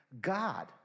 God